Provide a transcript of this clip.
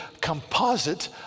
composite